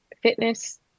fitness